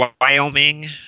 Wyoming